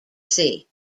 see